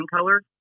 color